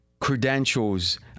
credentials